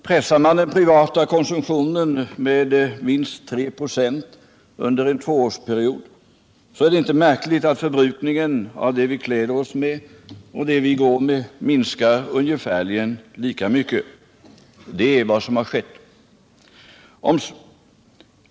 Pressar man den privata konsumtionen med minst 3 26 under en tvåårsperiod, så är det inte märkligt att förbrukningen av det vi kläder oss med och det vi går med minskar ungefärligen lika mycket. Det är vad som har skett.